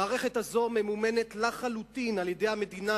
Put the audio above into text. המערכת הזאת ממומנת לחלוטין על-ידי המדינה,